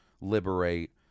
liberate